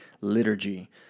liturgy